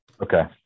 Okay